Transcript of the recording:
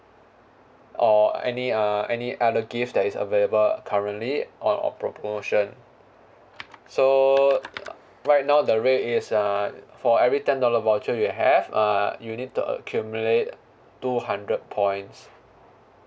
or any uh any other gift that is available currently or on pro~ promotion so uh right now the rate is uh for every ten dollar voucher you have uh you need to accumulate two hundred points